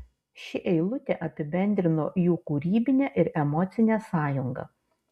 ši eilutė apibendrino jų kūrybinę ir emocinę sąjungą